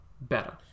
better